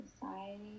society